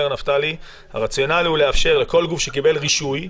נפתלי הרציונל הוא לאפשר לכל גוף שקיבל רישוי,